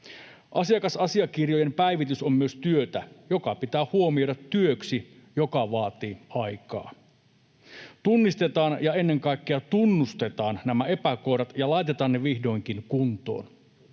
Asiakasasiakirjojen päivitys on myös työtä, joka pitää huomioida työksi, joka vaatii aikaa. Tunnistetaan ja ennen kaikkea tunnustetaan nämä epäkohdat ja laitetaan ne vihdoinkin kuntoon.